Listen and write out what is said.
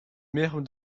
mère